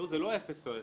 זה לא אפס או אחד.